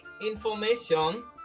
information